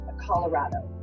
Colorado